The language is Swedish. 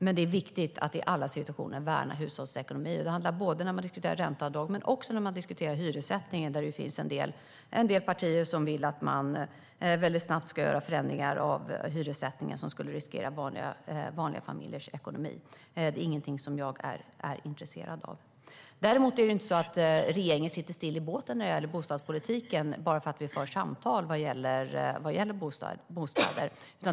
Det är dock viktigt att i alla situationer värna hushållens ekonomi. Det gäller när man diskuterar ränteavdrag men också när man diskuterar hyressättning. Här finns det en del partier som vill att man snabbt ska göra förändringar av hyressättningen som skulle riskera vanliga familjers ekonomi. Det är inget jag är intresserad av. Regeringen sitter inte still i båten när det gäller bostadspolitiken bara för att vi för samtal om bostäder.